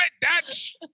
Dutch